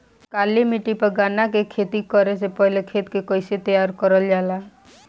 काली मिट्टी पर गन्ना के खेती करे से पहले खेत के कइसे तैयार करल जाला?